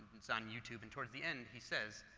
it's on youtube, and towards the end he says,